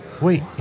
Wait